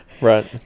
right